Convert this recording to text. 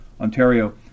Ontario